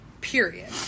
Period